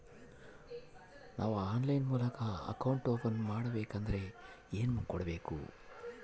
ನಾವು ಆನ್ಲೈನ್ ಮೂಲಕ account open ಮಾಡಬೇಂಕದ್ರ ಏನು ಕೊಡಬೇಕು?